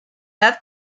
edad